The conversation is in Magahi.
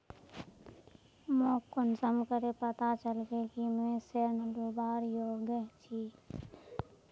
मोक कुंसम करे पता चलबे कि मुई ऋण लुबार योग्य छी?